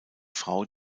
frau